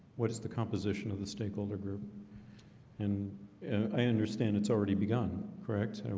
what is the composition of the stakeholder group and i understand it's already begun. correct?